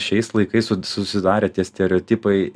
šiais laikais susidarę tie stereotipai